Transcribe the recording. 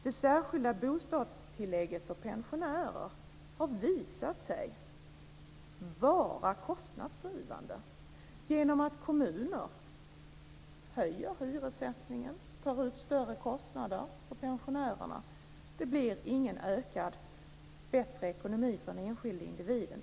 Det särskilda bostadstillägget för pensionärer har visat sig vara kostnadsdrivande genom att kommuner höjer hyressättningen och tar ut större kostnader för pensionärerna. Det blir ingen bättre ekonomi för den enskilde individen.